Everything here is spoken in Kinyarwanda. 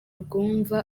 rwumva